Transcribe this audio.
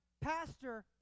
pastor